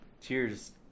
Cheers